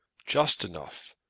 just enough,